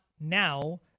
now –